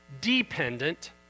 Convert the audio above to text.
dependent